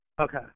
Okay